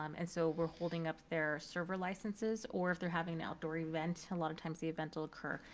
um and so we're holding up their server licenses, or if they're having outdoor events, a lot of times the event will occur.